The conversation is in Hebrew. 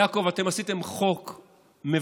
יעקב, אתם עשיתם חוק מבזה,